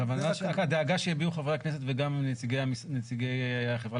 רק הדאגה שהביעו חברי הכנסת וגם נציגי החברה